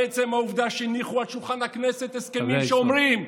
עצם העובדה שהניחו על שולחן הכנסת הסכמים שאומרים,